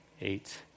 eight